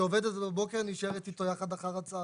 שעובדת בבוקר נשארת איתו יחד אחר הצוהריים.